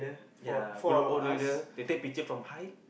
ya go altogether you take picture from high